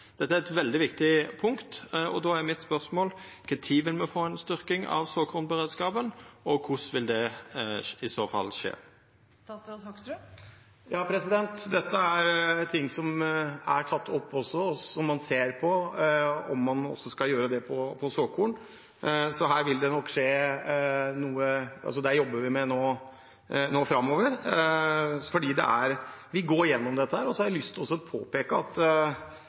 Dette er eit veldig viktig punkt, og då er spørsmålet mitt: Kva tid vil me få ei styrking av såkornberedskapen, og korleis vil det i så fall skje? Dette er ting som er tatt opp, og man ser på om man også skal gjøre det på såkorn, så her vil det nok skje noe – dette jobber vi med nå framover. Vi går igjennom dette. Så har jeg lyst til å påpeke at